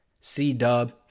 C-Dub